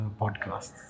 podcasts